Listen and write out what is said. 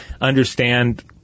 understand